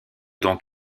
donc